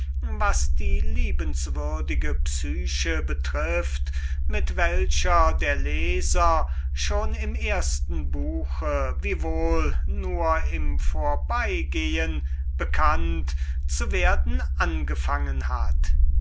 was die liebenswürdige psyche betrifft mit welcher der leser schon im ersten buche wiewohl nur im vorbeigehen bekannt zu werden angefangen hat